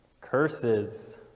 curses